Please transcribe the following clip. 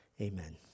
amen